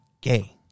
gay